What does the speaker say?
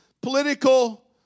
political